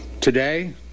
Today